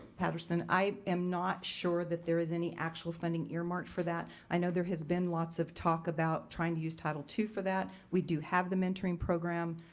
patterson, i am not sure that there is any actual funding earmarked for that. i know there has been lots of talk about trying use title two for that. we do have the mentoring program.